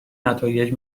نتایج